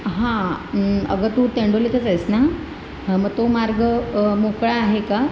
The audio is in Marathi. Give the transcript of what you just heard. हां अगं तू तेंडोलीतच आहेस ना मग तो मार्ग मोकळा आहे का